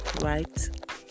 right